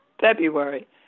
February